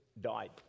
died